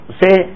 say